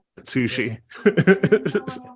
Sushi